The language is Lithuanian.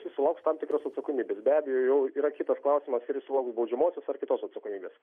jis sulauks tam tikros atsakomybės be abejo jau yra kitas klausimas ar jis sulauks baudžiamosios ar kitos atsakomybės